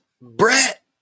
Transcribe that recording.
Brett